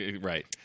Right